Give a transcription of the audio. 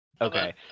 Okay